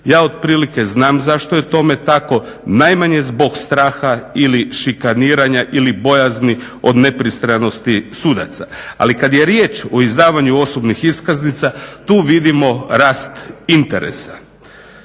Ja otprilike znam zašto je tome tako, najmanje zbog straha ili šikaniranja ili bojazni od nepristranosti sudaca, ali kad je riječ o izdavanju osobnih iskaznica tu vidimo rast interesa.